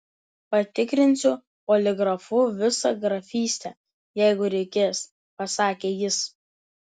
patikrinsiu poligrafu visą grafystę jeigu reikės pasakė jis